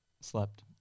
Slept